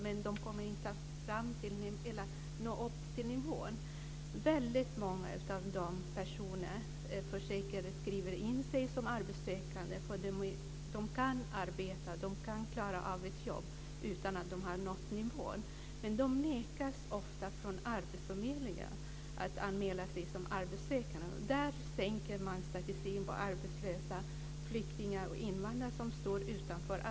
Men de kommer inte att nå upp till nivån. Många av dem försöker skriva in sig som arbetssökande. De kan arbeta. De kan klara av ett jobb utan att de har nått den nivån. De nekas ofta att anmäla sig som arbetssökande på arbetsförmedlingen. Där sänker man statistiken över arbetslösa flyktingar och invandrare.